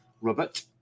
Robert